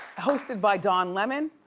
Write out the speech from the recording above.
hosted by don lemon,